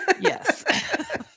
Yes